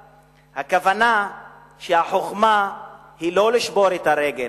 הכוונה שהחוכמה היא לא לשבור את הרגל.